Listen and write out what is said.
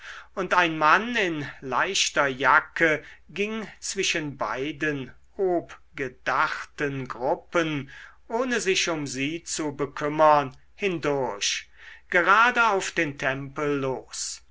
und ein mann in leichter jacke ging zwischen beiden obgedachten gruppen ohne sich um sie zu bekümmern hindurch gerade auf den tempel los